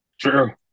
True